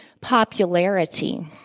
popularity